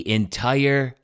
entire